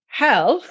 hell